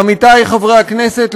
עמיתי חברי הכנסת,